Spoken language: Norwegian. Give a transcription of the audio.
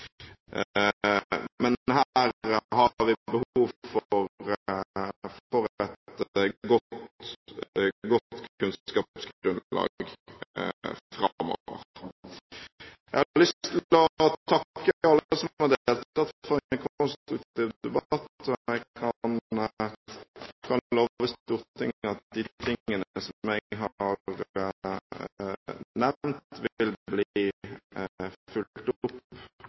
men her har vi behov for et godt kunnskapsgrunnlag framover. Jeg har lyst til å takke alle som har deltatt for en konstruktiv debatt, og jeg kan love Stortinget at de tingene som jeg har nevnt, vil bli fulgt opp